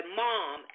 mom